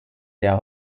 der